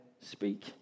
speak